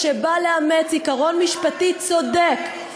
שבא לאמץ עיקרון משפטי, צודק.